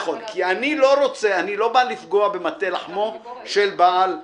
אני לא בא לפגוע במטה לחמו של בעל האולם,